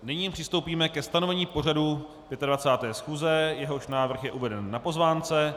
Nyní přistoupíme ke stanovení pořadu 25. schůze, jehož návrh je uveden na pozvánce.